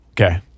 Okay